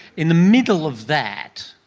in the middle of that,